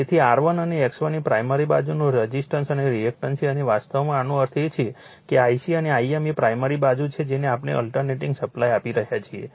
તેથી R1 અને X1 એ પ્રાઇમરી બાજુનો રઝિસ્ટન્સ અને રિએક્ટન્સ છે અને વાસ્તવમાં આનો અર્થ એ છે કે Ic અને Im એ પ્રાઇમરી બાજુ છે જેને આપણે અલ્ટરનેટીંગ સપ્લાય આપી રહ્યા છીએ